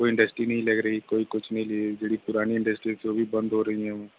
ਕੋਈ ਇੰਡਸਟਰੀ ਨਹੀਂ ਲੱਗ ਰਹੀ ਕੋਈ ਕੁਛ ਨਹੀਂ ਜੀ ਜਿਹੜੀ ਪੁਰਾਣੀ ਇੰਡਸਟਰੀ ਸੀ ਉਹ ਵੀ ਬੰਦ ਹੋ ਰਹੀਆਂ ਨੇ